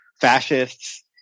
fascists